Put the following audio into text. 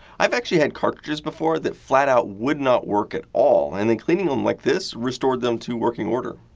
i've actually had cartridges before that flat out would not work at all, and then cleaning them um like this restored them to working order.